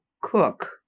cook